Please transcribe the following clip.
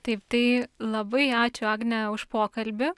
taip tai labai ačiū agne už pokalbį